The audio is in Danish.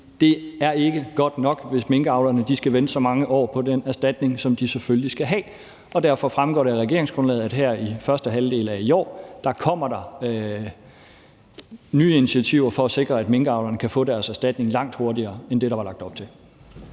at det ikke er godt nok, hvis minkavlerne skal vente så mange år på den erstatning, som de selvfølgelig skal have. Derfor fremgår det af regeringsgrundlaget, at der her i første halvdel af i år kommer nye initiativer for at sikre, at minkavlerne kan få deres erstatning langt hurtigere end det, der var lagt op til.